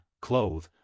clothe